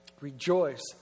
rejoice